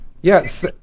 Yes